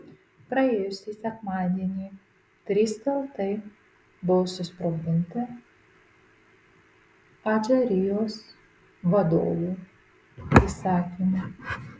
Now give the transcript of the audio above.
praėjusį sekmadienį trys tiltai buvo susprogdinti adžarijos vadovų įsakymu